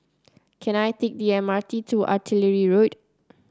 can I take the M R T to Artillery Road